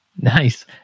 nice